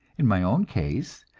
in my own case,